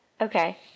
Okay